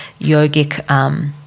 yogic